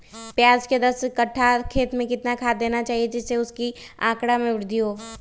प्याज के दस कठ्ठा खेत में कितना खाद देना चाहिए जिससे उसके आंकड़ा में वृद्धि हो?